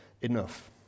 enough